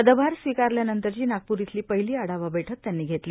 पदभार स्वीकारल्यांनतरची नागपूर इथली पहिली आढावा बैठक त्यांनी घेतली